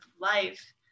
life